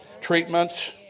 treatments